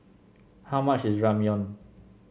how much is Ramyeon